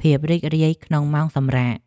ភាពរីករាយក្នុងម៉ោងសម្រាក។